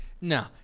No